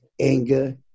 anger